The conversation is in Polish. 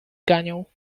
ganiał